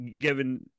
given